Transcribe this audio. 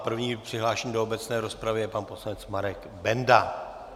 První přihlášený do obecné rozpravy je pan poslanec Marek Benda.